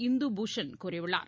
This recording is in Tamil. இந்து பூஷன் கூறியுள்ளார்